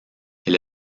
elle